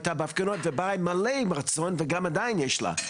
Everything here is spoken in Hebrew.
הייתה בהפגנות ובאה עם מלא רצון וגם עדיין יש לה,